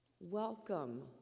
Welcome